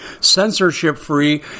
censorship-free